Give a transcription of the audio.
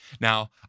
Now